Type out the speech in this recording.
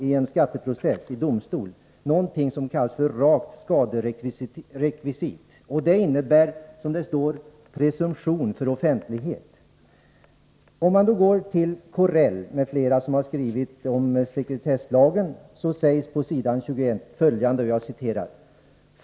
I en skatteprocess i domstol finns någonting som kallas rakt skaderekvisit. Det innebär att presumtionen är för offentlighet.